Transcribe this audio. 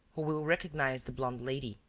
who will recognize the blonde lady,